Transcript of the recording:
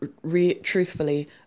truthfully